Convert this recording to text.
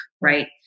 right